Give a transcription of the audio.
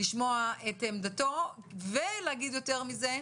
את עמדתו ולהגיד יותר מזה,